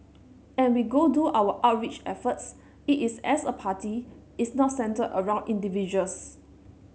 and we go do our outreach efforts it is as a party it's not centred around individuals